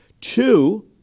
Two